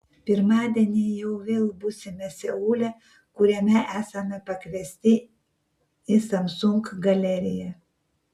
pirmadienį jau vėl būsime seule kuriame esame pakviesti į samsung galeriją